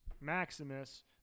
Maximus